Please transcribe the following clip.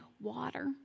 water